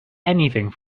anything